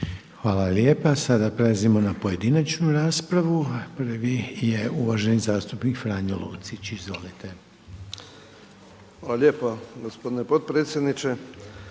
Hvala lijepa. Sada prelazimo na pojedinačnu raspravu. Prvi je uvaženi zastupnik Franjo Lucić, izvolite. **Lucić, Franjo (HDZ)** Hvala lijepa gospodine potpredsjedniče.